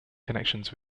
connections